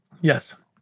Yes